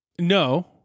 no